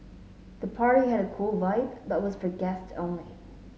the party had a cool vibe but was for guests only